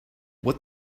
what